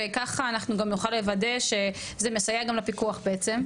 וככה אנחנו גם נוכל לוודא שזה מסייע גם לפיקוח בעצם.